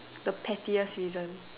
the pettiest reason